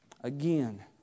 Again